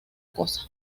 cosa